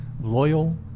loyal